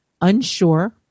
unsure